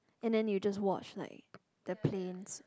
and then you just watch like the planes